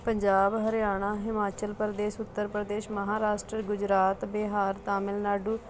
Punjab Haryana Himachal Pradesh Uttar Pradesh Maharashtra Gujarat Bihar Tamil Nadu